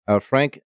Frank